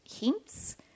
hints